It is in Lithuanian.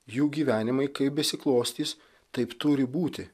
jų gyvenimai kaip besiklostys taip turi būti